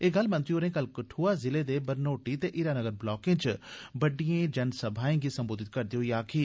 एह गल्ल मंत्री होरें कल कठ्आ जिले दे बरनोटी ते हीरानगर ब्लाके च बड़डी जनसभाएं गी संबोधित करदे होई आखी